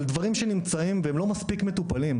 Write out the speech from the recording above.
על דברים שנמצאים והם לא מספיק מטופלים,